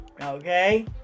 Okay